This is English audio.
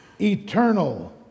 eternal